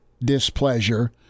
displeasure